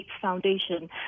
Foundation